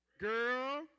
Girl